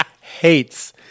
Hates